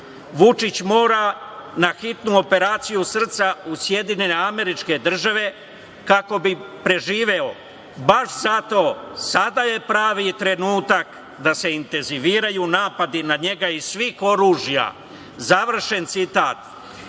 "Vučić mora na hitnu operaciju srca u SAD, kako bi preživeo. Baš zato, sada je pravi trenutak da se intenziviraju napadi na njega iz svih oružja", završen citat.